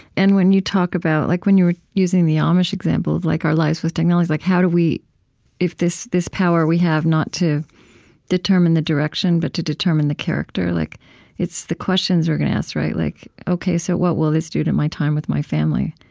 and when you talk about like when you were using the amish example of like our lives with technology, it's like, how do we if this this power we have, not to determine the direction but to determine the character, like it's the questions we're gonna ask like ok, so what will this do to my time with my family?